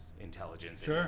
intelligence